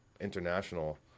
international